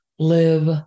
live